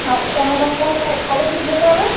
আচ্ছা ম্যাডাম তাহলে কবে থেকে যেতে হবে